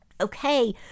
Okay